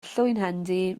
llwynhendy